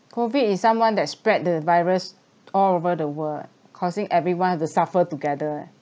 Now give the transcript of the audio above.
COVID is someone that spread the virus all over the world causing everyone have to suffer together